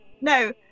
No